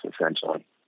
essentially